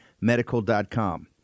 Medical.com